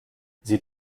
sie